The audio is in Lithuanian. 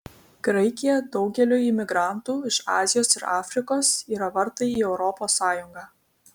graikija daugeliui imigrantų iš azijos ir afrikos yra vartai į europos sąjungą